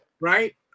Right